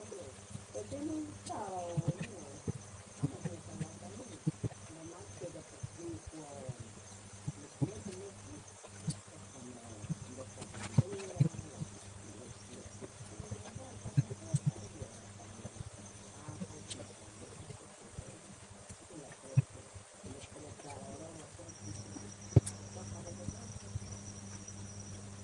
Pos ino sau ou amo biensa en la salud, nomas que de por si, cua nicniqui nihcuas, pos quemeh nicua verdura, lo prep, nic, nicchihchiua igual como sopa lleva también ajo, jitomate, cebolla y lo prep, nicprepararoua pues non, sopa de verdura.